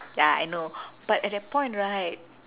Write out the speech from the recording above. ya I know but at that point right